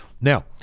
Now